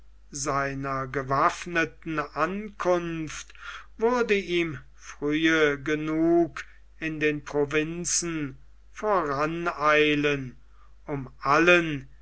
seiner gewaffneten ankunft würde ihm frühe genug in den provinzen voraneilen um allen